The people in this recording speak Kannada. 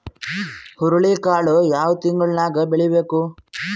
ಹುರುಳಿಕಾಳು ಯಾವ ತಿಂಗಳು ನ್ಯಾಗ್ ಬೆಳಿಬೇಕು?